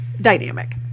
dynamic